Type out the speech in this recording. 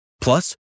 Plus